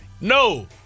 No